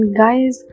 guys